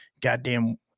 goddamn